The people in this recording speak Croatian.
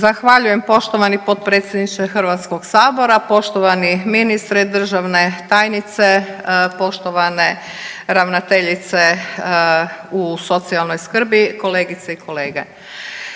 Zahvaljujem poštovani potpredsjedniče Hrvatskog sabora. Poštovani ministre, državne tajnice, poštovane ravnateljice u socijalnoj skrbi, kolegice i kolege,